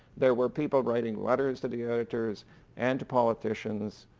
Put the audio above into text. there were people writing letters to the editors and to politicians